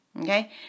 okay